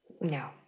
No